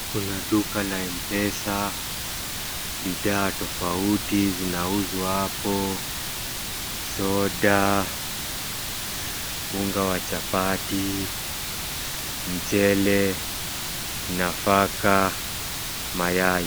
Kuna duka ya M-pesa, bidhaa tofauti zinauzwa hapo, soda, unga wa chapati, mchele, nafaka, mayai.